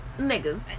niggas